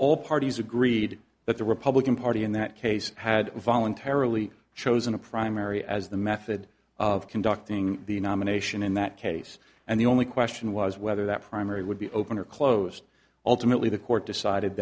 all parties agreed that the republican party in that case had voluntarily chosen a primary as the method of conducting the nomination in that case and the only question was whether that primary would be open or closed ultimately the court decided